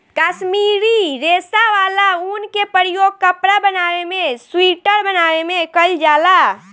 काश्मीरी रेशा वाला ऊन के प्रयोग कपड़ा बनावे में सुइटर बनावे में कईल जाला